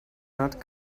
not